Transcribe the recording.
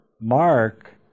Mark